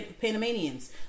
Panamanians